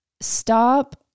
stop